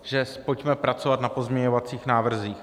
Že pojďme pracovat na pozměňovacích návrzích.